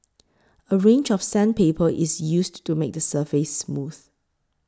a range of sandpaper is used to make the surface smooth